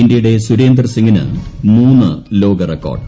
ഇന്ത്യയുടെ സുരേന്ദർസിംഗിന് മൂന്നു ലോക റെക്കോർഡ്